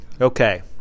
Okay